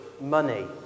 money